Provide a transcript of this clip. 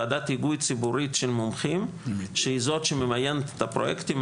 ועדת היגוי ציבורית של מומחים שהיא זאת שממיינת את הפרוייקטים,